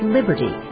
Liberty